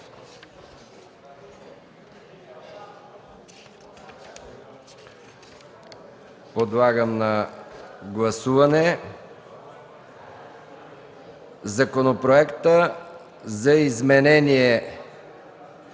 Подлагам на гласуване Законопроект за изменение